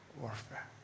warfare